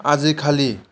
आजिखालि